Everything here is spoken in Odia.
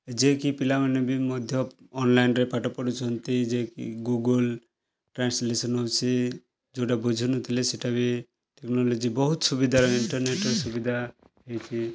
ଯେ କି ପିଲାମାନେ ବି ମଧ୍ୟ ଅନ୍ଲାଇନ୍ରେ ପାଠ ପଢ଼ୁଛନ୍ତି ଯେ କି ଗୁଗୁଲ୍ ଟ୍ରାନ୍ସଲେସନ୍ ଅଛି ଯେଉଁଟା ବୁଝୁ ନଥିଲେ ସେଟା ବି ବହୁତ ସୁବିଧା ଇଣ୍ଟର୍ନେଟ୍ର ସୁବିଧା ହେଇଛି